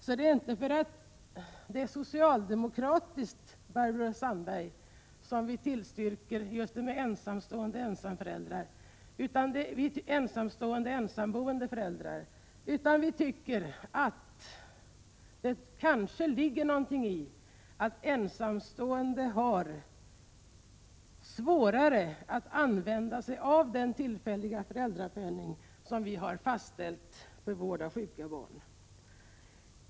Vi tillstyrker alltså inte därför att förslaget skulle vara socialdemokratiskt, utan därför att vi tycker det ligger någonting i att ensamstående har svårare att utnyttja den tillfälliga föräldrapenning som vi har fastställt för vård av sjuka barn.